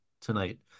tonight